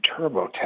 TurboTax